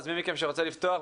אז מי מכם שרוצה לפתוח,